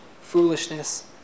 foolishness